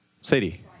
sadie